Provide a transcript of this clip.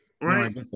Right